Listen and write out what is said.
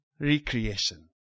recreation